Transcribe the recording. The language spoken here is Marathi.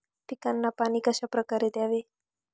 पिकांना पाणी कशाप्रकारे द्यावे?